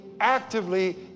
actively